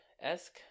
esque